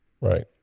right